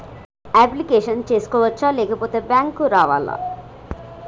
Application చేసుకోవచ్చా లేకపోతే bank రావాలా?